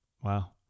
wow